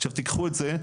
עכשיו תיקחו את זה,